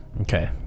Okay